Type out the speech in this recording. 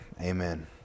Amen